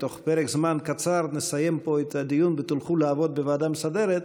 בתוך פרק זמן קצר נסיים פה את הדיון ותלכו לעבוד בוועדה המסדרת,